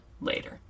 later